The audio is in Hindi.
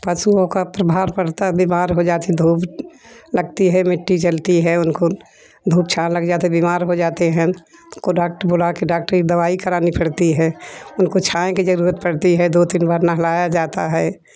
पशुओं का प्रभार पड़ता बीमार हो जाती धूप लगती है मिट्टी जलती है उनको धूप छाया लग जाता बीमार हो जाते है कोई डॉक्टर बोला के डॉक्टर की दवाई करानी पड़ती है उनको छाया की जरुरत पड़ती है दो तीन बार नहलाया जाता है